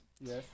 Yes